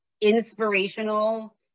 inspirational